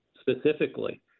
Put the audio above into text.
specifically